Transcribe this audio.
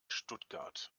stuttgart